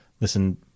listen